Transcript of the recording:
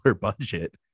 budget